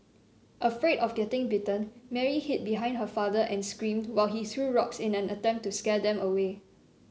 afraid of getting bitten Mary hid behind her father and screamed to while he threw rocks in an attempt to scare them away